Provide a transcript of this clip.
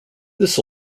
this